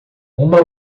uma